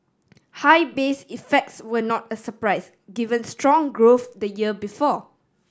high base effects were not a surprise given strong growth the year before